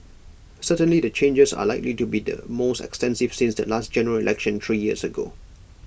certainly the changes are likely to be the most extensive since the last General Election three years ago